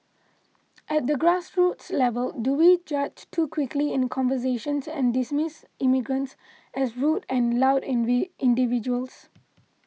at the grassroots level do we judge too quickly in conversations and dismiss immigrants as rude and loud individuals